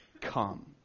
come